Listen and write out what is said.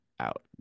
Out